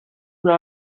una